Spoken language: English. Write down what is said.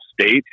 state